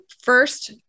first